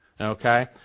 okay